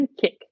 kick